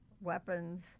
weapons